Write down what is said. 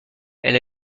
elle